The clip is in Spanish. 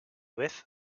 vez